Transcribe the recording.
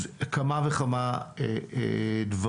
כמה וכמה דברים: